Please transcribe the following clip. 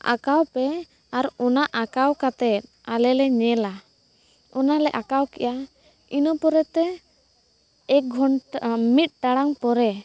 ᱟᱠᱟᱣᱯᱮ ᱟᱨ ᱚᱱᱟ ᱟᱠᱟᱣ ᱠᱟᱛᱮᱫ ᱟᱞᱮᱞᱮ ᱧᱮᱞᱟ ᱚᱱᱟᱞᱮ ᱟᱠᱟᱣ ᱠᱮᱜᱼᱟ ᱤᱱᱟᱹᱯᱚᱨᱮᱛᱮ ᱮᱠ ᱜᱷᱚᱱᱴᱟ ᱢᱤᱫ ᱴᱟᱲᱟᱝ ᱯᱚᱨᱮ